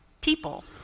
people